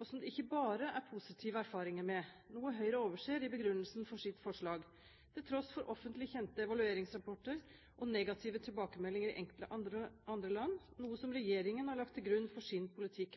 og som det ikke bare er positive erfaringer med, noe Høyre overser i begrunnelsen for sitt forslag, til tross for offentlig kjente evalueringsrapporter og negative tilbakemeldinger i enkelte andre land, som regjeringen har lagt